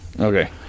Okay